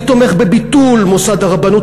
אני תומך בביטול מוסד הרבנות.